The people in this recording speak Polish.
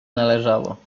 należało